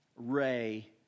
Ray